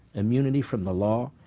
immunity from the law,